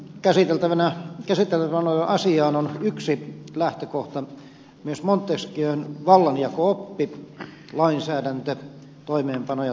käsiteltävänä olevaan asiaan on yksi lähtökohta myös montesquieun vallanjako oppi lainsäädäntö toimeenpano ja tuomiovallasta